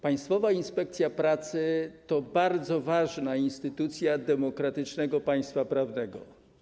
Państwowa Inspekcja Pracy to bardzo ważna instytucja demokratycznego państwa prawnego.